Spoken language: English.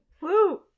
Woo